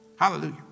Hallelujah